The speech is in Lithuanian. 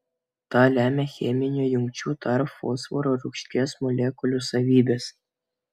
tą lemia cheminių jungčių tarp fosforo rūgšties molekulių savybės